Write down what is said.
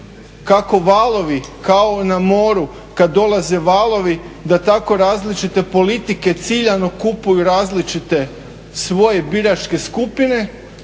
kako valovi, kao na moru kad dolaze valovi, da tako različite politike ciljano kupuju različite svoje biračke skupine